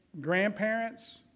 grandparents